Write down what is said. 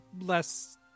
less